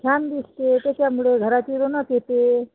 छान दिसते त्याच्यामुळे घराची रौनक येते